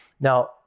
Now